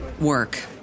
work